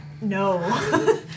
no